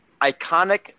Iconic